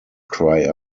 cry